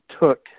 took